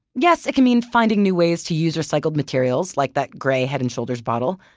yes, it can mean finding new ways to use recycled materials, like that gray head and shoulders bottle.